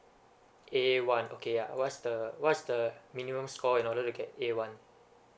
A one okay uh what's the what's the minimum score in order to get A one